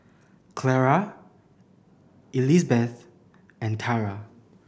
Clara Elizbeth and Tarah